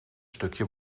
stukje